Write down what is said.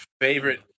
favorite